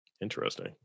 Interesting